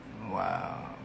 Wow